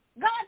God